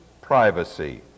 privacy